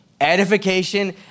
Edification